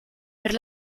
per